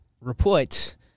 reports